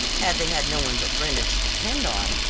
had they had no one but brenda to depend on,